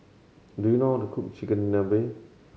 do you know how to cook Chigenabe